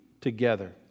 together